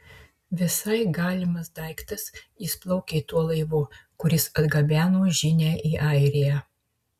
visai galimas daiktas jis plaukė tuo laivu kuris atgabeno žinią į airiją